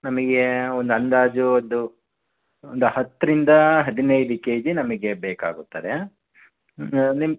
ನಮಗೆ ಒಂದು ಅಂದಾಜು ಒಂದು ಒಂದು ಹತ್ತರಿಂದ ಹದಿನೈದು ಕೆಜಿ ನಮಗೆ ಬೇಕಾಗುತ್ತದೆ ನಿಮ್ಮ